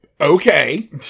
Okay